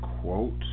quote